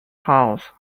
house